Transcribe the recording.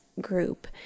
group